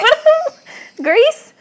Greece